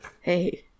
Hey